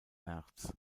merz